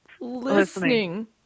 listening